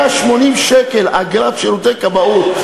180 שקל אגרת שירותי כבאות,